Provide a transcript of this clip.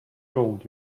told